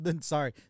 sorry